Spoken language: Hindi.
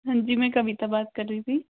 हाँ जी मैं कविता बात कर रही थी